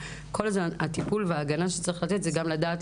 כי הטיפול וההגנה שצריך לתת זה גם לדעת